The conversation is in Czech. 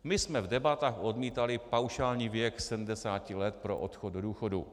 My jsme v debatách odmítali paušální věk 70 let pro odchod do důchodu.